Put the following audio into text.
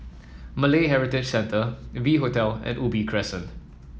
Malay Heritage Centre V Hotel and Ubi Crescent